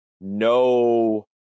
no